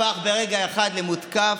הפך ברגע אחד למותקף,